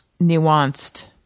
nuanced